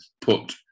put